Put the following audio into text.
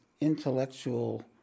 intellectual